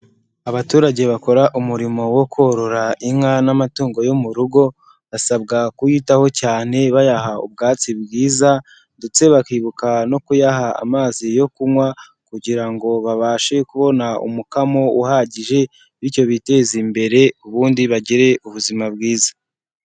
Abaturage bakora umurimo wo korora inka n'amatungo yo mu rugo, basabwa kuyitaho cyane bayaha ubwatsi bwiza ndetse bakibuka no kuyaha amazi yo kunywa kugira ngo babashe kubona umukamo uhagije bityo biteza imbere ubundi bagire ubuzima bwiza.